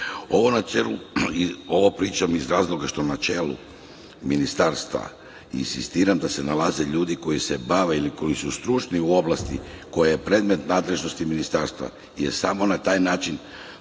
pričam iz razloga što na čelu Ministarstva insistiram da se nalaze ljudi koji se bave ili koji su stručni u oblasti koja je predmet nadležnosti ministarstva, jer samo na taj način